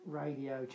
radio